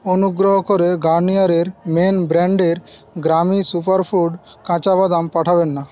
অনুগ্রহ করে Garnier men ব্র্যান্ডের গ্রামি সুপারফুড কাঁচা বাদাম পাঠাবেন না